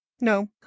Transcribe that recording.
No